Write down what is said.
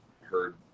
heard